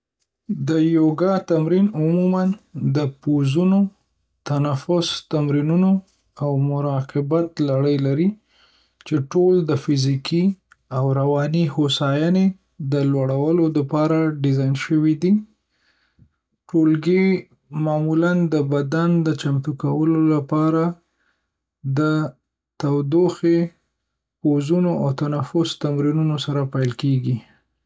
د يوګا تمرین عموما د پوزونو، تنفس تمرینونو، او مراقبت لړۍ لري، چې ټول د فزیکي او رواني هوساینې د لوړولو دپاره ډیزاین شوي دي. ټولګي معمولا د بدن د چمتو کولو لپاره د توروخې پوزونو او تنفس تمرینونو سره پیل کیږي.